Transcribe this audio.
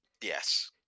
Yes